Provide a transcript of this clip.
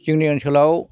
जोंनि ओनसोलाव